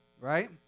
right